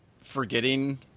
forgetting